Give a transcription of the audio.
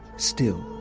still,